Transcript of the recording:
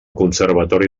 conservatori